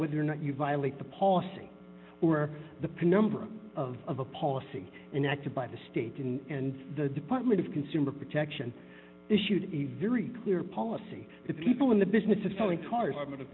whether or not you violate the policy where the penumbra of a policy inactive by the state in and the department of consumer protection issued a very clear policy that people in the business of selling cars are going